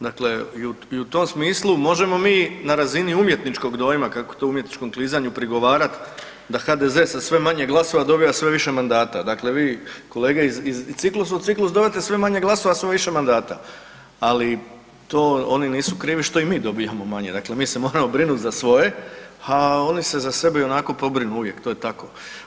Dakle, i u tom smislu možemo mi na razini umjetničkog dojma kako je to u umjetničkom klizanju, prigovarat da HDZ sa sve manje glasova dobiva sve više mandata, dakle vi kolege, iz ciklusa u ciklus dobivate sve manje glasova a sve više mandata ali to oni nisu krivi što i mi dobivamo manje, dakle mi se moramo brinuti za svoje, a oni se za sebe ionako pobrinu uvijek, to je tako.